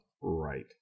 Right